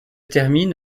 termine